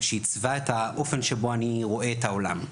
שעיצבה את האופן שבו אני רואה את העולם,